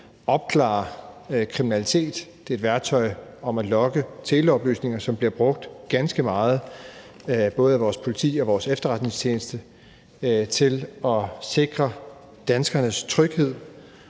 opklare kriminalitet. Det er et værktøj til at logge teleoplysninger, som bliver brugt ganske meget af både vores politi og vores efterretningstjeneste til at sikre danskernes tryghed